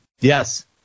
Yes